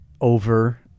over